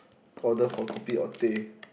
order for kopi or teh